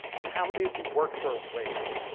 and how many of you work for a wage?